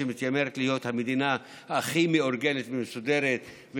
שמתיימרת להיות המדינה הכי מאורגנת ומסודרת,